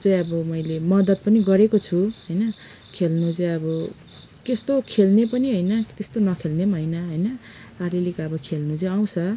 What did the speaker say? चाहिँ अब मैले मद्दत पनि गरेको छु होइन खेल्नु चाहिँ अब त्यस्तो खेल्ने पनि होइन त्यस्तो नखेल्ने पनि होइन होइन अलिअलि अब खेल्नु चाहिँ आउँछ